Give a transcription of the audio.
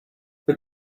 but